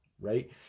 right